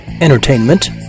Entertainment